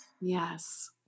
Yes